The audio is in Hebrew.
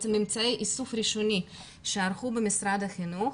בעצם ממצאי איסוף ראשוני שערכו במשרד החינוך.